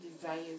desires